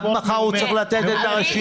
עד מחר הוא צריך לתת את הרשימה.